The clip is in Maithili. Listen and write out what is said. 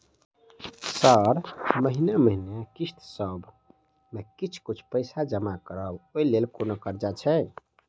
सर महीने महीने किस्तसभ मे किछ कुछ पैसा जमा करब ओई लेल कोनो कर्जा छैय?